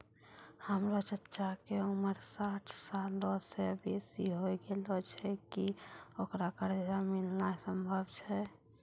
हमरो चच्चा के उमर साठ सालो से बेसी होय गेलो छै, कि ओकरा कर्जा मिलनाय सम्भव छै?